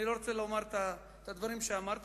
אני לא רוצה לומר את הדברים שאמרת,